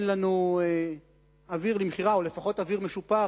לנו אוויר למכירה או לפחות אוויר משופר,